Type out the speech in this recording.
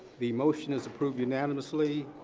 the motion is approved unanimously.